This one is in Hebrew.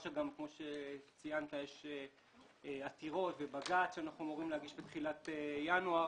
וכמו שציינת יש עתירות ובג"ץ שאנחנו אמורים להגיש בתחילת ינואר